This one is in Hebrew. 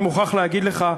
אני מוכרח להגיד לך: